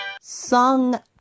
Song